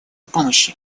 помощи